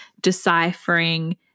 deciphering